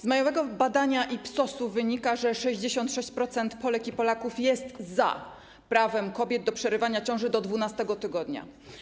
Z majowego badania Ipsosu wynika, że 66% Polek i Polaków jest za prawem kobiet do przerywania ciąży do 12. tygodnia.